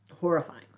horrifying